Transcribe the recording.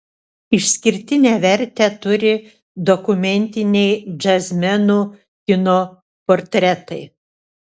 išskirtinę vertę turi dokumentiniai džiazmenų kino portretai